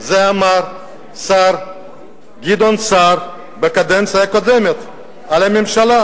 את זה אמר השר גדעון סער בקדנציה הקודמת על הממשלה,